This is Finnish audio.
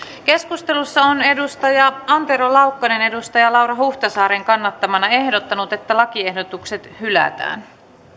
keskustelussa on antero laukkanen laura huhtasaaren kannattamana ehdottanut että lakiehdotukset hylätään